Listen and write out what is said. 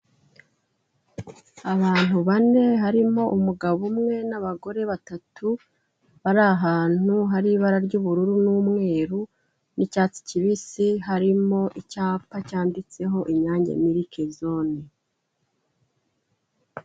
Abantu bane, harimo umugabo umwe n'abagore batatu, bari ahantu hari ibara ry'ubururu n'umweru n'icyatsi kibisi, harimo icyapa cyanditseho Inyange Milk Zone.